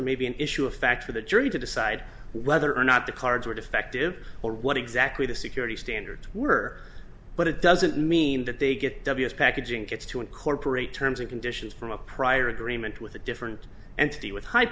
there may be an issue of fact for the jury to decide whether or not the cards were defective or what exactly the security standards were but it doesn't mean that they get packaging kits to incorporate terms and conditions from a prior agreement with a different